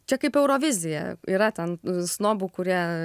čia kaip eurovizija yra ten snobų kurie